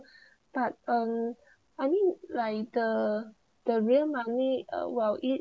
but um I mean like uh the real money uh will it